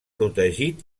protegit